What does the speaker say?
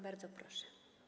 Bardzo proszę.